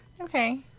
Okay